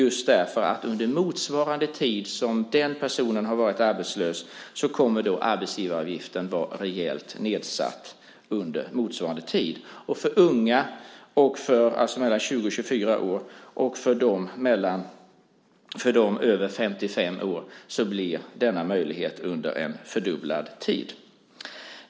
Under en tid som motsvarar den tid som personen har varit arbetslös kommer arbetsgivaravgiften att vara rejält nedsatt. För unga mellan 20 och 24 år och för dem över 55 år gäller denna möjlighet under en fördubblad tid.